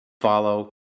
follow